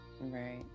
right